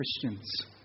Christians